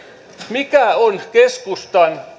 mikä on keskustan